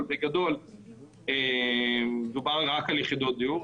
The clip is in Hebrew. אבל בגדול דובר רק על יחידות דיור.